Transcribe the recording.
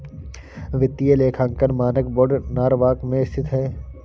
वित्तीय लेखांकन मानक बोर्ड नॉरवॉक में स्थित है